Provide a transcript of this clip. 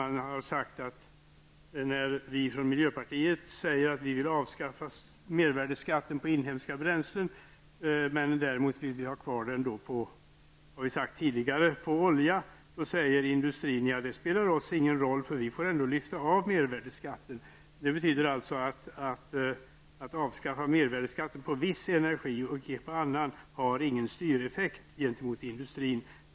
Vi i miljöpartiet vill avskaffa mervärdeskatten på inhemska bränslen, men däremot vill vi ha kvar den, vilket vi tidigare sagt, på olja. Jag har träffat på många fall där man från industrin har sagt: Det spelar oss ingen roll, eftersom vi ändå får lyfta av mervärdeskatten. Att avskaffa mervärdeskatten på viss energi men inte på annan har ingen styreffekt gentemot industrin.